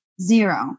Zero